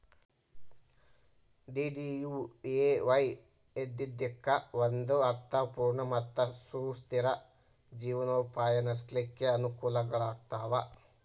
DDUAY ಇದ್ದಿದ್ದಕ್ಕ ಒಂದ ಅರ್ಥ ಪೂರ್ಣ ಮತ್ತ ಸುಸ್ಥಿರ ಜೇವನೊಪಾಯ ನಡ್ಸ್ಲಿಕ್ಕೆ ಅನಕೂಲಗಳಾಗ್ತಾವ